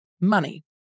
money